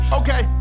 okay